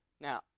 Now